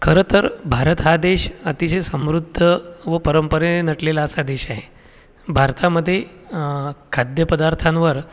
खरं तर भारत हा देश अतिशय समृद्ध व परंपरेने नटलेला असा देश आहे भारतामध्ये खाद्यपदार्थांवर वेगवेगळ्या